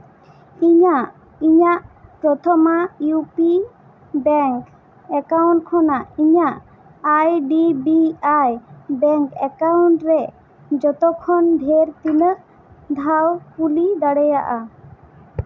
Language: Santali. ᱤᱧᱟ ᱜ ᱤᱧᱟ ᱜ Prathama U P bank account ᱠᱷᱚᱱᱟᱜ ᱤᱧᱟ ᱜ I D B I bank account ᱨᱮ ᱡᱚᱛᱚᱠᱷᱚᱱ ᱰᱷᱮᱨ ᱛᱤᱱᱟᱹᱜ ᱫᱷᱟᱣ ᱠᱩᱞᱤ ᱫᱟᱲᱮᱭᱟᱜᱼᱟ